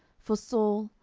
for saul,